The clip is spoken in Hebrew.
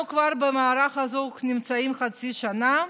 אנחנו נמצאים במערכה הזאת כבר חצי שנה,